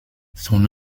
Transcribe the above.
son